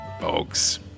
Folks